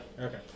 Okay